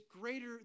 greater